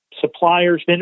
suppliers